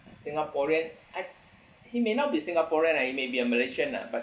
singaporean I he may not be singaporean ah he may be a malaysian ah but